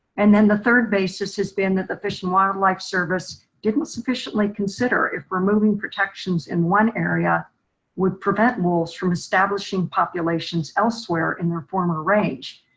and then the third basis has been at the fish and wildlife service didn't sufficiently consider if removing protections in one area would prevent wolves from establishing populations elsewhere in their former range.